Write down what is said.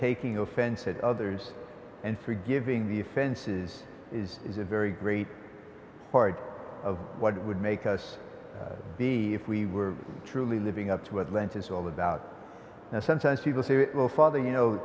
taking offense at others and forgiving the offenses is is a very great part of what would make us be if we were truly living up to atlantis all about that sometimes people say well father you know